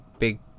big